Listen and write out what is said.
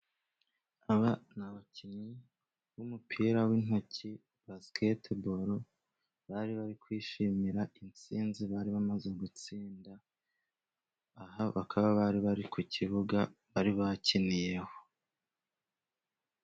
Aba ni abakinnyi b'umupira w'intoki basiketiboro. Bari bari kwishimira intsinzi, bari bamaze gutsinda. Aha bakaba bari bari ku kibuga bari bakiniyeho.